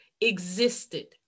existed